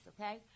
okay